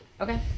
Okay